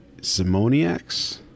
simoniacs